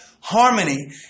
harmony